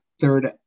third